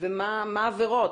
ומה העבירות?